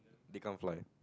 they can't fly